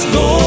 go